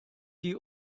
die